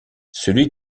celui